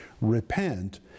Repent